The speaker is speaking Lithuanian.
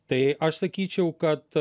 tai aš sakyčiau kad